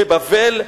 בבבל,